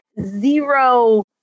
zero